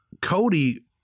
Cody